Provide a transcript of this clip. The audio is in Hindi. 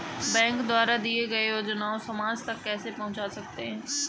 बैंक द्वारा दिए गए योजनाएँ समाज तक कैसे पहुँच सकते हैं?